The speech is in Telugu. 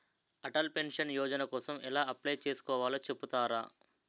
అటల్ పెన్షన్ యోజన కోసం ఎలా అప్లయ్ చేసుకోవాలో చెపుతారా?